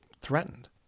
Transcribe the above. threatened